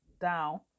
down